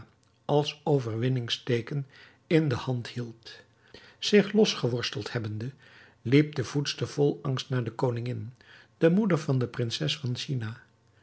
als overwinningsteeken in de hand hield zich los geworsteld hebbende liep de voedster vol angst naar de koningin de moeder van de prinses van china